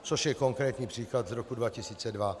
Což je konkrétní příklad z roku 2002.